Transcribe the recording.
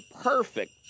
perfect